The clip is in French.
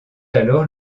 alors